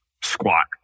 squat